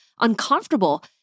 uncomfortable